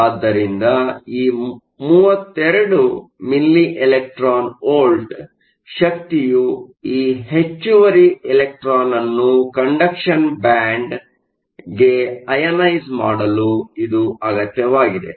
ಆದ್ದರಿಂದ ಈ 32 milli electron volt ಶಕ್ತಿಯು ಈ ಹೆಚ್ಚುವರಿ ಎಲೆಕ್ಟ್ರಾನ್ ಅನ್ನು ಕಂಡಕ್ಷನ್ ಬ್ಯಾಂಡ್ಗೆ ಅಯನೈಸ಼್ ಮಾಡಲು ಇದು ಅಗತ್ಯವಾಗಿದೆ